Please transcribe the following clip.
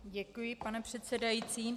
Děkuji, pane předsedající.